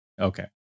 Okay